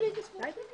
בשעה 16:20 ונתחדשה